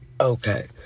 Okay